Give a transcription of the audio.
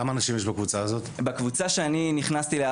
בקבוצה שאני נכנסתי אליה,